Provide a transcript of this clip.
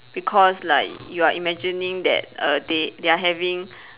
because like you are imagining that err they they are having